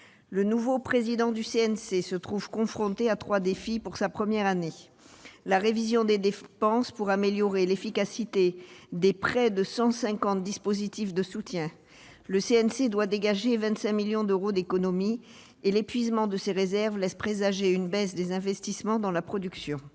Le nouveau président du CNC se trouve, pour sa première année, confronté à trois défis. Premièrement, la révision des dépenses pour améliorer l'efficacité de près de 150 dispositifs de soutien : le CNC doit dégager 25 millions d'euros d'économies, et l'épuisement de ses réserves laisse présager une baisse des investissements dans la production.